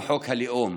הוא חוק הלאום.